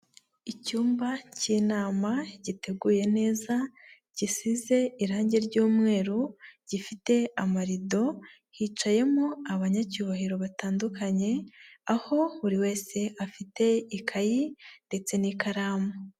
Icyumba cy'inama giteguye neza, gisize irangi ry'umweru, gifite amarido, hicayemo abanyacyubahiro batandukanye, aho buri wese afite ikayi ndetse n'ikaramu.